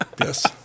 Yes